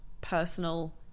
personal